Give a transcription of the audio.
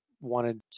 wanted